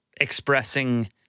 expressing